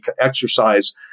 exercise